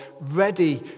ready